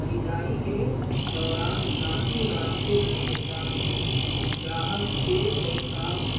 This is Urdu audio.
خریداری کے دوران ذاتی رابطے کا احساس گاہک کے احساس